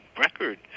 record